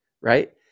right